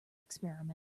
experiment